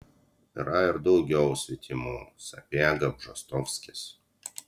yra ir daugiau svetimų sapiega bžostovskis